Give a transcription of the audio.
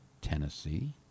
Tennessee